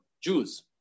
Jews